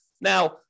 Now